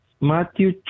Matthew